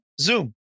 Zoom